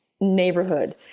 neighborhood